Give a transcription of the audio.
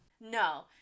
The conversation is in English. no